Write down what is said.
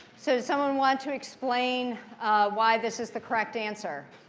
so someone want to explain why this is the correct answer?